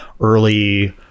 early